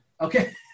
Okay